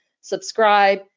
subscribe